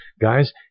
guys